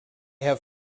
have